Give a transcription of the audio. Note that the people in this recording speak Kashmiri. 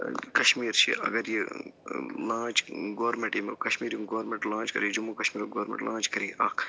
کَشمیٖر چھِ اَگر یہِ لانچ گورمنٛٹ یٔمیُک کَشمیٖرُک گورمنٛٹ لانچ کَرِ جموں کَشمیٖر گورمنٛٹ لانچ کَرِ یہِ اَکھ